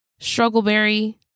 Struggleberry